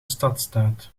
stadstaat